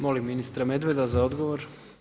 Molim ministra Medveda za odgovor.